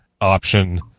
option